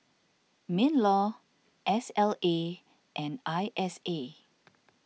MinLaw S L A and I S A